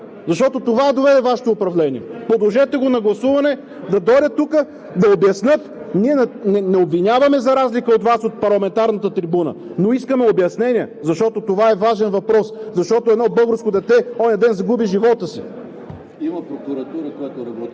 защото до това доведе Вашето управление. Подложете го на гласуване! Да дойдат тук, да обяснят! Ние, за разлика от Вас, не обвиняваме от парламентарната трибуна, но искаме обяснения, защото това е важен въпрос, защото едно българско дете онзи ден загуби живота си.